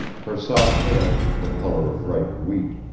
her soft hair, the color of ripe wheat,